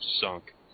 sunk